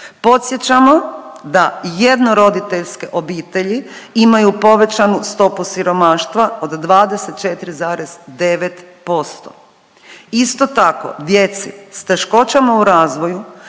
Podsjećamo da jednoroditeljske obitelji imaju povećanu stopu siromaštva od 25,9%. Isto tako djeci s teškoćama u razvoju